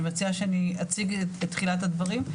אני מציעה שאני אציג את תחילת הדברים,